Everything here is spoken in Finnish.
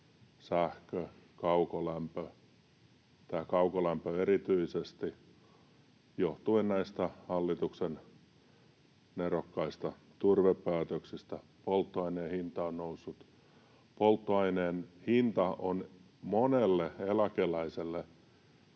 sähkö, tai kaukolämpö erityisesti, johtuen näistä hallituksen nerokkaista turvepäätöksistä, ja myös polttoaineen hinta on noussut. Polttoaineen hinta on monelle eläkeläiselle